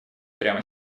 прямо